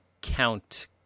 count